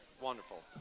wonderful